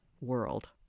world